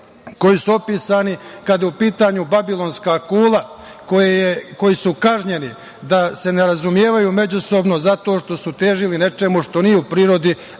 koji su opisani kada je u pitanju Babilonska kula koji su kažnjeni da se ne razumevaju međusobno zato što su težili nečemu što nije u ljudskoj